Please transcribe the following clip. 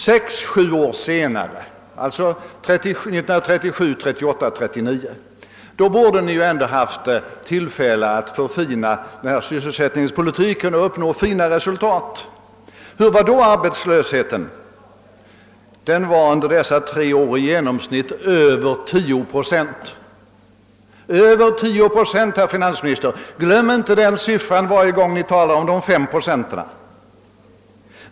Sex å sju år senare, alltså åren 1937, 1938 och 1939, borde denna regering ha haft tillfälle att förbättra sysselsättningspolitiken och uppnå goda resultat. Men hur stor var arbetslösheten då? Den var under dessa tre år i genomsnitt över 10 procent. Glöm inte den siffran, herr finansminister, varje gång Ni talar om de 5 procenten!